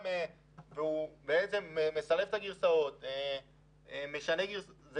הוא בעצם מסלף את הגרסאות ומשנה אותן.